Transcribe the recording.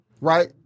right